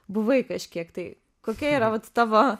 buvai kažkiek tai kokia yra vat tavo